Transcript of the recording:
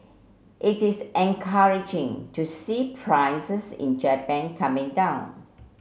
it is encouraging to see prices in Japan coming down